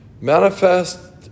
Manifest